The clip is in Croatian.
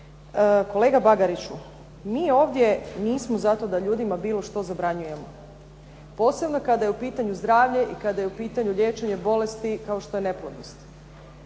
Kolega Bagariću mi ovdje nismo zato da ljudima bilo što zabranjujemo. Posebno kada je u pitanju zdravlje i kada je u pitanju liječenje bolesti kao što je neplodnost.